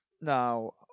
now